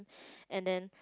and then